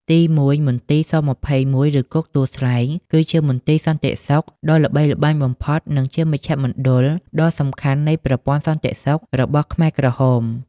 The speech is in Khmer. ទីមួយ មន្ទីរ ស-២១ ឬគុកទួលស្លែង គឺជាមន្ទីរសន្តិសុខដ៏ល្បីល្បាញបំផុត និងជាមជ្ឈមណ្ឌលដ៏សំខាន់នៃប្រព័ន្ធសន្តិសុខរបស់ខ្មែរក្រហម។